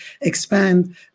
expand